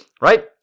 right